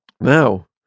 Now